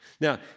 Now